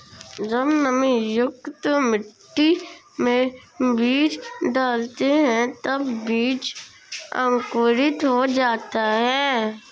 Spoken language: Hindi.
जब नमीयुक्त मिट्टी में बीज डालते हैं तब बीज अंकुरित हो जाता है